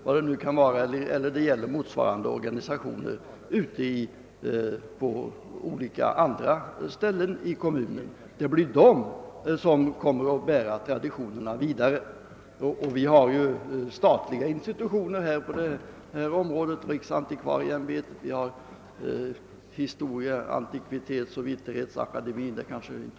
Vi har också statliga organisationer på detta område som har en funktion att fylla — jag tänker på riksantikvarieämbetet och på Vitterhets-, Historieoch Antikvitetsakademien.